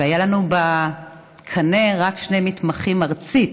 והיו לנו בקנה רק שני מתמחים ארצית.